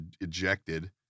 ejected